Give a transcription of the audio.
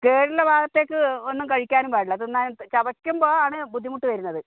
കേടുള്ള ഭാഗത്തേക്ക് ഒന്നും കഴിക്കാനും പാടില്ല തിന്നാൻ ചവക്കുമ്പോൾ ആണ് ബുദ്ധിമുട്ട് വരുന്നത്